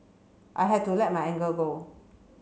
I had to let my anger go